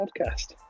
podcast